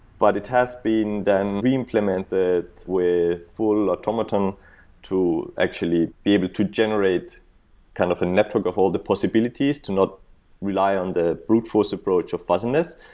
but it has been then re-implemented with full automaton to actually be able to generate kind of a network of all the possibilities to not rely on the brute force approach of fuzziness,